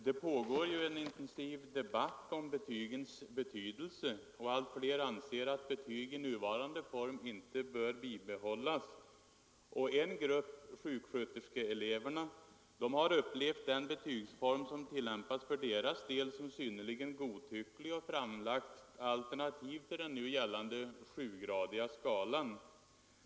Herr talman! Det pågår en intensiv debatt om betygens betydelse. Allt fler anser att betyg i nuvarande form inte bör bibehållas. En grupp — sjuksköterskeeleverna — har upplevt den betygsform som tillämpas för deras del som synnerligen godtycklig och framlagt alternativ till den nu gällande sjugradiga skalan.